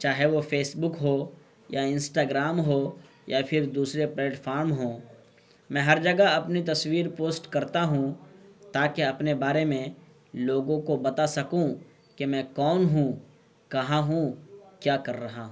چاہے وہ فیسبک ہو یا انسٹاگرام ہو یا پھر دوسرے پلیٹفارم ہوں میں ہر جگہ اپنی تصویر پوسٹ کرتا ہوں تاکہ اپنے بارے میں لوگوں کو بتا سکوں کہ میں کون ہوں کہاں ہوں کیا کر رہا ہوں